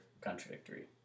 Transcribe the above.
contradictory